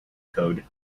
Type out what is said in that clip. code